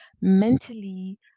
Mentally